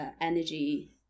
Energy